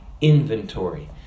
inventory